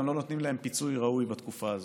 גם לא נותנים להם פיצוי ראוי בתקופה הזאת.